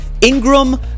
Ingram